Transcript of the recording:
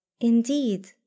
Indeed